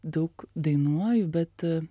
daug dainuoju bet